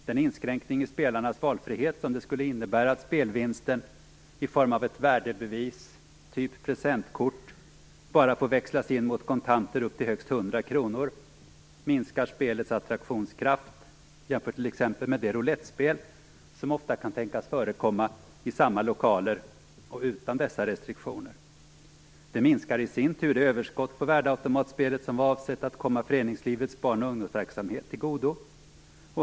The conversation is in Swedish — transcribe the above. Den inskränkning i spelarens valfrihet som det skulle innebära att spelvinsten i form av ett värdebevis, typ presentkort, bara får växlas in mot kontanter upp till högst 100 kr minskar spelets attraktionskraft, jämfört t.ex. med det roulettspel som ofta kan tänkas förekomma i samma lokaler utan dessa restriktioner. Det minskar i sin tur det överskott på värdeautomatspelet som var avsett att komma föreningslivets barn och ungdomsverksamhet till godo.